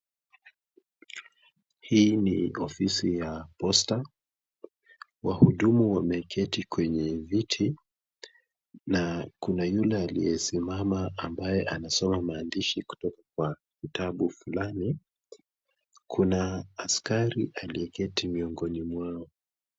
Hii ni ofisi ya Posta, wahudumu wameketi kwenye viti na kuna yule aliyesimama ambaye anasoma maandishi kutoka kwa vitabu fulani. Kuna askari aliyeketi miongoni mwao.